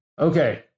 Okay